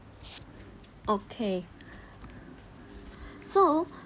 okay so